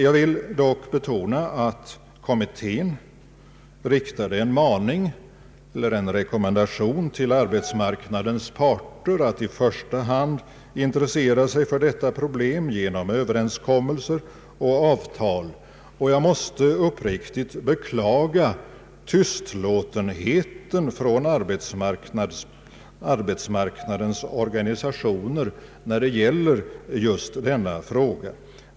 Jag vill dock betona att kommittén riktade en rekommendation till arbetsmarknadens parter att i första hand intressera sig för dessa problem genom överenskommelser och avtal, och jag måste uppriktigt beklaga tystlåtenheten från arbetsmarknadens organisationer i just denna fråga.